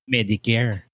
Medicare